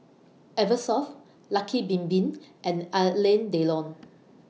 Eversoft Lucky Bin Bin and Alain Delon